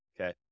Okay